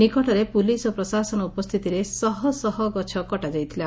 ନିକଟରେ ପୁଲିସ୍ ଓ ପ୍ରଶାସନ ଉପସ୍ତିତିରେ ଶହଶହ ଗଛ କଟା ଯାଇଥିଲା